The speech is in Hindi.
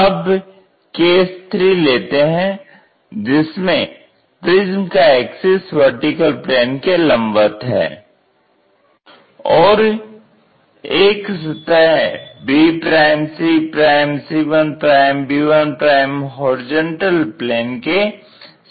अब केस 3 लेते हैं जिसमें प्रिज्म का एक्सिस VP के लंबवत है और एक सतह bcc1b1 होरिजेंटल प्लेन के समानांतर है